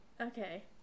okay